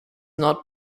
not